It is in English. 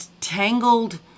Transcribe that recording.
tangled